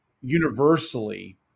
universally